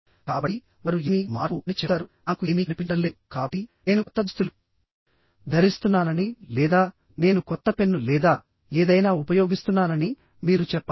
కాబట్టి వారు ఏమి మార్పు అని చెప్తారు నాకు ఏమీ కనిపించడం లేదు కాబట్టి నేను కొత్త దుస్తులు ధరిస్తున్నానని లేదా నేను కొత్త పెన్ను లేదా ఏదైనా ఉపయోగిస్తున్నానని మీరు చెప్పాలి